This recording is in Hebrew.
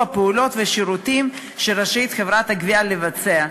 הפעולות והשירותים שרשאית חברת הגבייה לבצע,